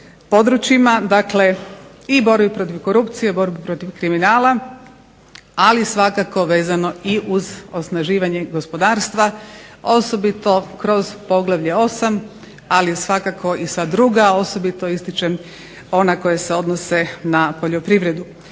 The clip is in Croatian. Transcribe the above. područjima, dakle i borbi protiv korupcije, borbi protiv kriminala ali svakako vezano uz osnaživanje gospodarstva, osobito kroz poglavlje 8. ali svakako i sva druga osobito istićem ona koja se odnose na poljoprivredu.